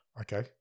Okay